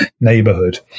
neighborhood